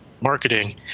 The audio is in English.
marketing